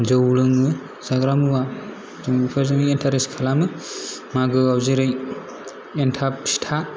जौ लोङो जाग्रा मुवा बेफोरजोंनो एन्थारेस खालामो मागोआव जेरै एनथाब फिथा